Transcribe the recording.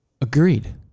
Agreed